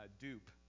dupe